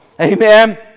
Amen